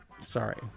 Sorry